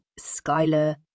Skylar